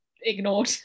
ignored